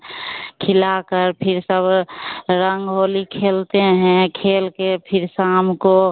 खिलाकर फिर सब रंग होली खेलते हैं खेल कर फिर शाम को